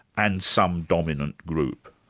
and some dominant group?